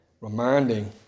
reminding